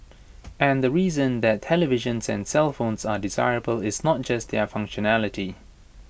and the reason that televisions and cellphones are desirable is not just their functionality